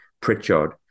Pritchard